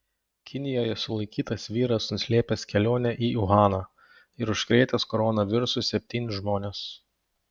kinijoje sulaikytas vyras nuslėpęs kelionę į uhaną ir užkrėtęs koronavirusu septynis žmones